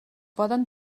poden